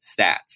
stats